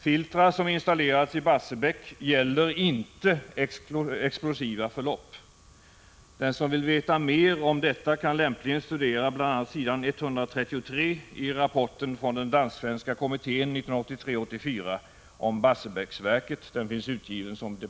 ”Filtra” som installerats i Barsebäck gäller inte explosiva förlopp. Den som vill veta mer om detta kan lämpligen studera bl.a. s. 133i Rapporten från den dansk-svenska kommittén 1983/84 om Barsebäcksverket .